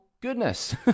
goodness